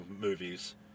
movies